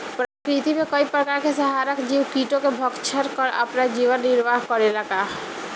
प्रकृति मे कई प्रकार के संहारक जीव कीटो के भक्षन कर आपन जीवन निरवाह करेला का?